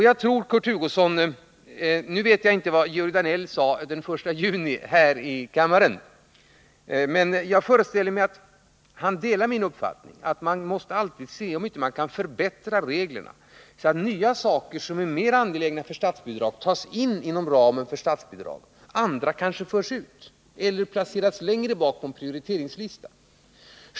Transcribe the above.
Jag vet inte, Kurt Hugosson, vad Georg Danell sade här i kammaren den I juni, men jag föreställer mig att han delar min uppfattning att man alltid måste se om man inte kan förbättra reglerna, så att nya saker, som är mer angelägna än andra för statsbidrag, tas in inom ramen för statsbidrag. Andra kanske förs ut eller placeras längre bak på en prioriteringslista.